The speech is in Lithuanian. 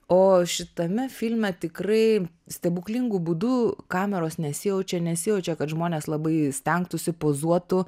o šitame filme tikrai stebuklingu būdu kameros nesijaučia nesijaučia kad žmonės labai stengtųsi pozuotų